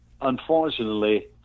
Unfortunately